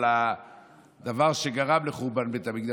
על הדבר שגרם לחורבן בית המקדש,